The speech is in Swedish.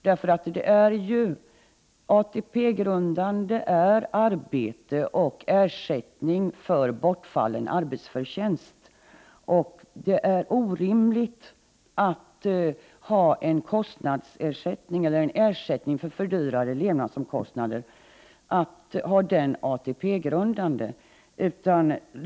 ATP-grundande är ju arbetsinkomst och ersättning för bortfallen arbetsförtjänst. Det är orimligt att en ersättning för fördyrade levnadsomkostnader skall vara ATP-grundande.